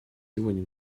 сегодня